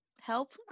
help